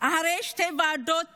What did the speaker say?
אחרי שתי ועדות